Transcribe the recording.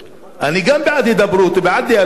אני גם בעד הידברות, בעד דיאלוג.